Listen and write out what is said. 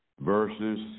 verses